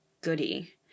goodie